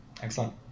Excellent